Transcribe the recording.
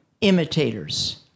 imitators